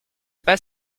pas